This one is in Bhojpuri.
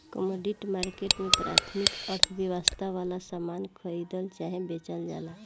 कमोडिटी मार्केट में प्राथमिक अर्थव्यवस्था वाला सामान खरीदल चाहे बेचल जाला